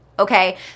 Okay